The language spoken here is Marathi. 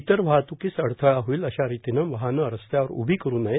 इतर वाहत्कीस अडथळा होईल अशारितीनं वाहनं रस्त्यावर उभी करु नयेत